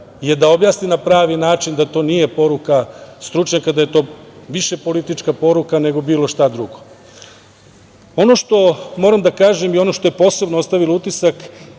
je da objasni na pravi način da to nije poruka stručnjaka, da je to više politička poruka nego bilo šta drugo. Ono što moram da kažem i ono što je posebno ostavilo utisak.